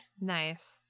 nice